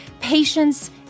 patience